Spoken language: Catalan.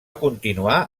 continuar